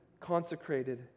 consecrated